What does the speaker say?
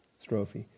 strophe